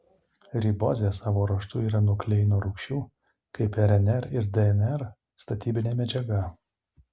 ribozė savo ruožtu yra nukleino rūgščių kaip rnr ir dnr statybinė medžiaga